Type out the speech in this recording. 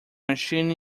machine